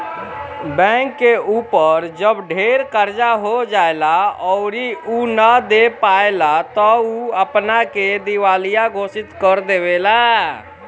bank के ऊपर जब ढेर कर्जा हो जाएला अउरी उ ना दे पाएला त उ अपना के दिवालिया घोषित कर देवेला